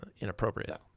inappropriate